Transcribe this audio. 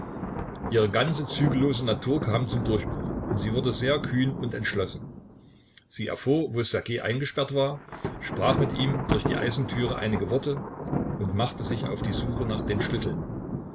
ihre ganze zügellose natur kam zum durchbruch und sie wurde sehr kühn und entschlossen sie erfuhr wo ssergej eingesperrt war sprach mit ihm durch die eisentüre einige worte und machte sich auf die suche nach den schlüsseln